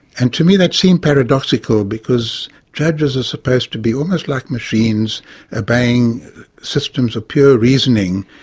and to me that seemed paradoxical, because judges are supposed to be almost like machines obeying systems of pure reasoning.